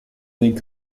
den